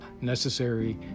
necessary